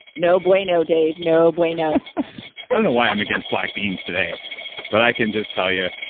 no bueno dave, no bueno i don't know why i'm against black beans today but i can just tell you,